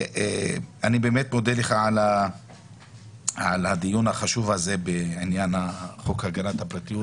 אני באמת מודה לך על הדיון החשוב הזה בעניין חוק הגנת הפרטיות